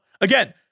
Again